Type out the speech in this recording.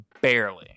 Barely